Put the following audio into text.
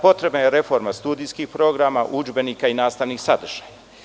Potrebna je reforma studijskih programa, udžbenika i nastavnih sadržaja.